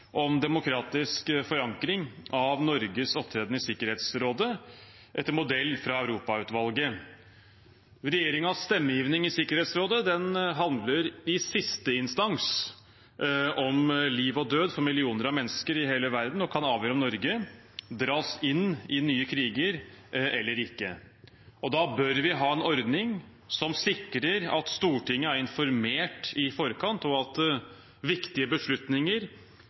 om demokratisk forankring av Norges opptreden i Sikkerhetsrådet etter modell fra Europautvalget. Regjeringens stemmegivning i Sikkerhetsrådet handler i siste instans om liv og død for millioner av mennesker i hele verden og kan avgjøre om Norge dras inn i nye kriger eller ikke. Da bør vi ha en ordning som sikrer at Stortinget er informert i forkant, og at viktige beslutninger